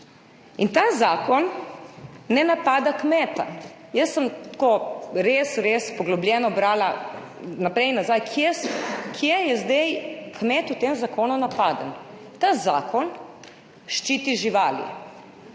In ta zakon ne napada kmeta. Jaz sem res poglobljeno brala, naprej in nazaj, kje je zdaj napaden kmet v tem zakonu. Ta zakon ščiti živali,